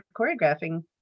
choreographing